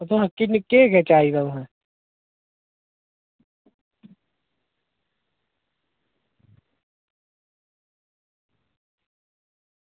तुसें केह् केह् चाहिदा तुसें